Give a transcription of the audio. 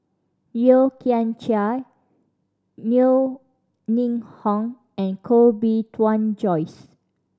Yeo Kian Chai Yeo Ning Hong and Koh Bee Tuan Joyce